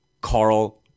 Carl